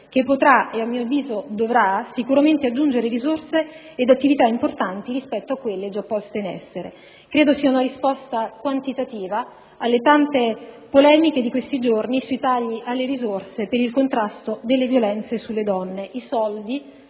che potrà - a mio avviso, dovrà - aggiungere risorse ed attività importanti rispetto a quelle già poste in essere. Credo sia una risposta quantitativa alle tante polemiche di questi giorni sui tagli alle risorse per il contrasto delle violenze sulle donne. I soldi,